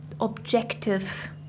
objective